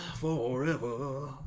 forever